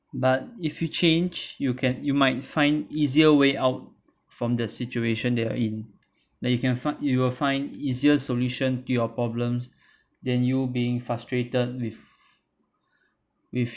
but if you change you can you might find easier way out from the situation that you are in that you can find you'll find easier solution to your problems than you being frustrated with with